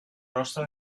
rostro